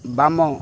ବାମ